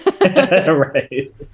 right